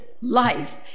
life